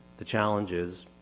the challenges,